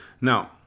Now